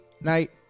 night